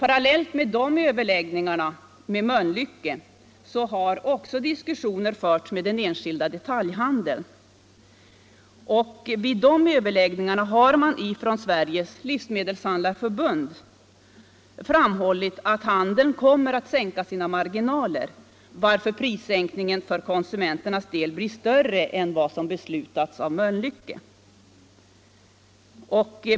Parallellt med överläggningarna med Mölnlycke har diskussioner förts med den enskilda detaljhandeln. Vid de överläggningarna har man från Sveriges livsmedelshandlareförbund framhållit att handeln kommer att minska sina marginaler, varför prissänkningen för konsumenternas del blir större än vad som beslutats av Mölnlycke.